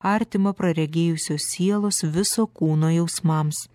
artimą praregėjusios sielos viso kūno jausmams